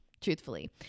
truthfully